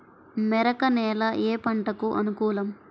మెరక నేల ఏ పంటకు అనుకూలం?